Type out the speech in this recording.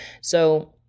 So-